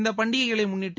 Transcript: இந்தப் பண்டிகைகளை முன்னிட்டு